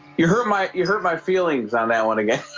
you're hurt might you hurt my feelings on that one again